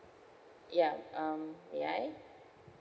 ya um may I